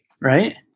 Right